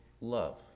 love